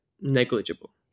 negligible